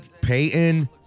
Peyton